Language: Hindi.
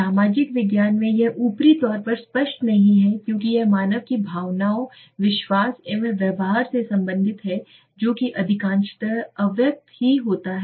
सामाजिक विज्ञान में यह ऊपरी तौर पर स्पष्ट नहीं है क्योंकि यह मानव की भावनाओं विश्वास एवं व्यवहार से संबंधित है जो कि अधिकांशतः अव्यक्त ही होता है